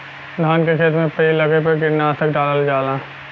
धान के खेत में पई लगले पे कीटनाशक डालल जाला